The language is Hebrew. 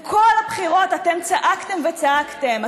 כל הבחירות אתם צעקתם וצעקתם.